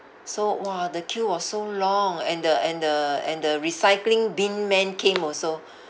so !wah! the queue was so long and the and the and the recycling bin man came also